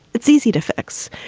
it's easy to fix,